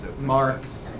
Marx